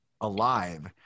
alive